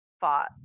fought